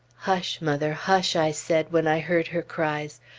hush, mother, hush, i said when i heard her cries.